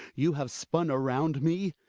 you have spun around me?